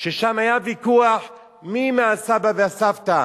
ששם היה ויכוח מי מהסבא והסבתא,